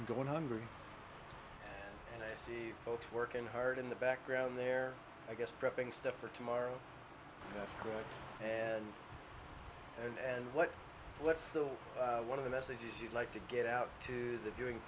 going hungry and i see folks working hard in the background there i guess prepping stuff for tomorrow and and what what's the one of the messages you'd like to get out to the viewing